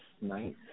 nice